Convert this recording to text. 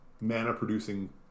mana-producing